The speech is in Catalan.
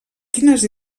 quines